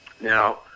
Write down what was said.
Now